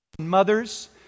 Mothers